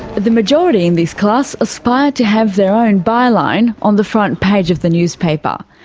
the majority in this class aspire to have their own by-line on the front page of the newspaper.